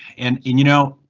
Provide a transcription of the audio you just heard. and you know,